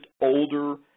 older